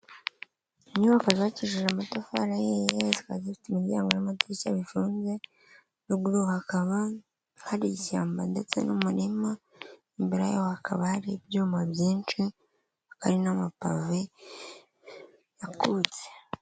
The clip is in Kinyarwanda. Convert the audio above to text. Inyubako zubakishije amatafari ahiye zikaba zifite imiryango n'amadirishya bifunze ruguru hakaba hari ishyamba ndetse n'umurima imbere yayo hakaba hari ibyuma byinshi hakaba hari n'amapave akutse.